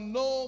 no